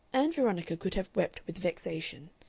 ann veronica could have wept with vexation.